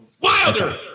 Wilder